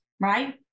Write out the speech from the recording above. right